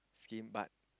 scheme but